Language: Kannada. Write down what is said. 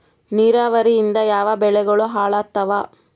ನಿರಾವರಿಯಿಂದ ಯಾವ ಬೆಳೆಗಳು ಹಾಳಾತ್ತಾವ?